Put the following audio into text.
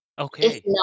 Okay